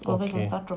okay